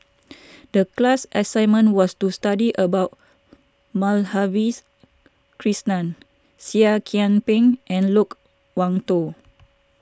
the class assignment was to study about Madhavis Krishnan Seah Kian Peng and Loke Wan Tho